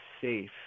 safe